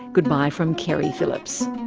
goodbye from keri phillips